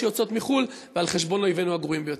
שיוצאות מחו"ל ועל חשבון אויבינו הגרועים ביותר.